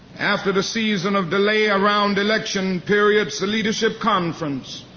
after the season of delay around election periods, the leadership conference,